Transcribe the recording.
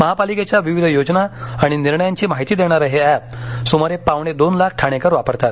महापालिकेच्या विविध योजना आणि निर्णयांची माहिती देणारं हे अॅप सुमारे पावणे दोन लाख ठाणेकर वापरतात